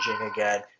again